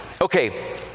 okay